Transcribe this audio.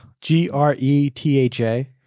G-R-E-T-H-A